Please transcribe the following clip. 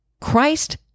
Christ